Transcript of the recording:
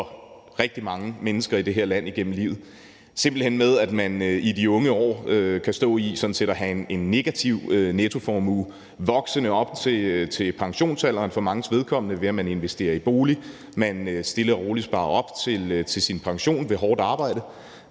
rigtig mange mennesker i det her land igennem livet – at man i de unge år kan stå og sådan set have en negativ nettoformue, som for manges vedkommende vokser op til pensionsalderen, ved at man investerer i en bolig, ved at man stille og roligt sparer op til sin pension ved hårdt arbejde,